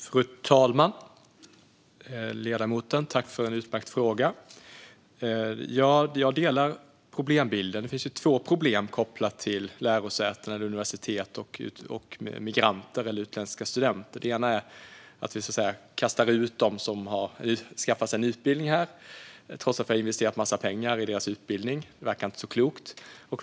Fru talman! Jag tackar ledamoten för en utmärkt fråga. Jag delar problembilden. Det finns två problem kopplat till lärosäten eller universitet och migranter eller utländska studenter. Det ena är att vi så att säga kastar ut människor som har skaffat sig en utbildning här trots att vi har investerat en massa pengar i deras utbildning. Det verkar inte särskilt klokt.